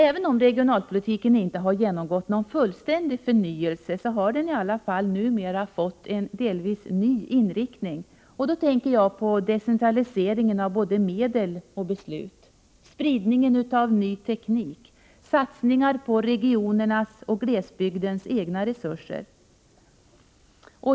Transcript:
Även om regionalpolitiken inte har genomgått någon fullständig förnyelse har den dock numera fått en delvis ny inriktning. Jag tänker då på decentraliseringen av både medel och beslut, på spridningen av ny teknik och på satsningarna på regionernas och glesbygdens egna resurser.